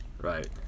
Right